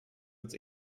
het